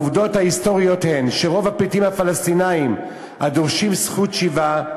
העובדות ההיסטוריות הן שרוב הפליטים הפלסטינים הדורשים זכות שיבה,